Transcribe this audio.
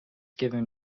given